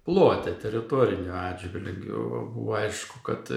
plote teritoriniu atžvilgiu buvo aišku kad